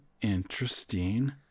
interesting